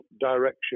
direction